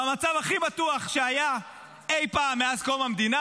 במצב הכי מטוח שהיה אי פעם מאז קום המדינה,